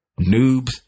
Noobs